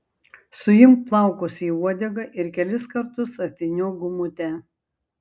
suimk plaukus į uodegą ir kelis kartus apvyniok gumute